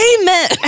amen